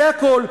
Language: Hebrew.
זה הכול.